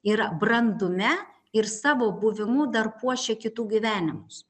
yra brandume ir savo buvimu dar puošia kitų gyvenimus